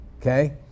okay